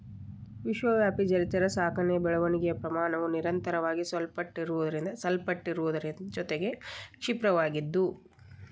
ವಿಶ್ವವ್ಯಾಪಿ ಜಲಚರ ಸಾಕಣೆಯ ಬೆಳವಣಿಗೆಯ ಪ್ರಮಾಣವು ನಿರಂತರವಾಗಿ ಸಲ್ಪಟ್ಟಿರುವುದರ ಜೊತೆಗೆ ಕ್ಷಿಪ್ರವಾಗಿದ್ದು